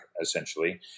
essentially